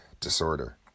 disorder